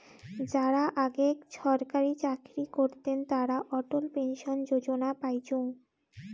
যারা আগেক ছরকারি চাকরি করতেন তারা অটল পেনশন যোজনা পাইচুঙ